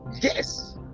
Yes